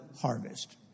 harvest